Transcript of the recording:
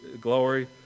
glory